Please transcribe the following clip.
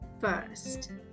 first